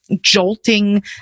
jolting